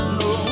no